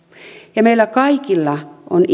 ja meillä kaikilla on